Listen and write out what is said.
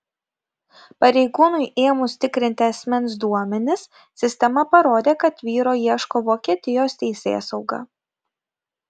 pareigūnui ėmus tikrinti asmens duomenis sistema parodė kad vyro ieško vokietijos teisėsauga